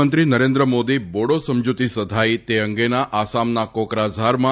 પ્રધાનમંત્રી નરેન્દ્ર મોદી બોડો સમજુતી સધાઈ એ અંગેના આસામના કોકરાઝારમાં